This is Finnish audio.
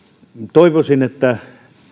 toivoisin että